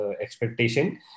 expectation